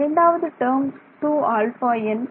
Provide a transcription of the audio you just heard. இரண்டாவது term 2αn